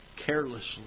carelessly